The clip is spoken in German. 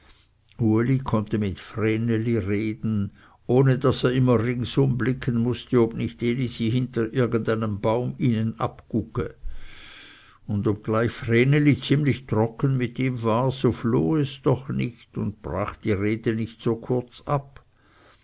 konnte mit vreneli reden ohne daß er immer ringsumblicken mußte ob nicht elisi hinter irgend einem baum ihnen abgugge und obgleich vreneli ziemlich trocken mit ihm war so floh es doch nicht und brach die rede nicht so kurz ab